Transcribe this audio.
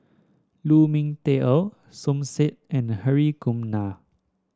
Lu Ming Teh Earl Som Said and Hri Kumar Nair